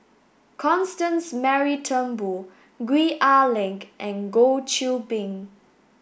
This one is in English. Constance Mary Turnbull Gwee Ah Leng and Goh Qiu Bin